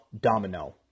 Domino